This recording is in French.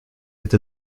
êtes